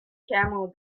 camel